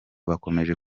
bakomeje